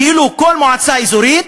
כאילו כל מועצה אזורית